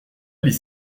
les